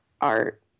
art